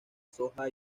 soja